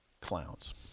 Clowns